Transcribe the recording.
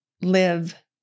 live